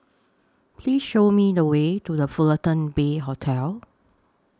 Please Show Me The Way to The Fullerton Bay Hotel